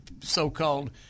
so-called